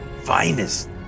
finest